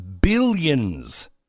billions